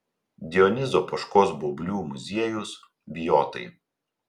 dionizo poškos baublių muziejus bijotai